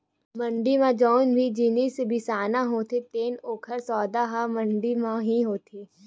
मंड़ी म जउन भी जिनिस बिसाना होथे त ओकर सौदा ह मंडी म ही होथे